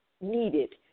needed